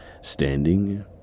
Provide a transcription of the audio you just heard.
standing